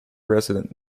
resident